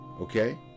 Okay